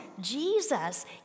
Jesus